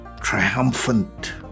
triumphant